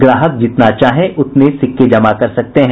ग्राहक जितना चाहें उतने सिक्के जमा कर सकते हैं